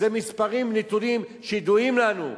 אלה מספרים, נתונים שידועים לנו.